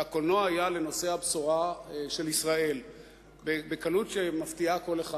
והקולנוע היה לנושא הבשורה של ישראל בקלות שמפתיעה כל אחד,